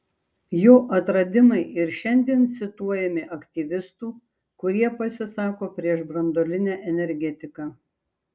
jo atradimai ir šiandien cituojami aktyvistų kurie pasisako prieš branduolinę energetiką